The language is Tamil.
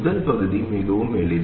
முதல் பகுதி மிகவும் எளிது